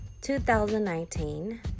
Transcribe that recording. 2019